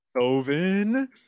Oven